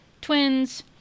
twins